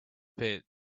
pit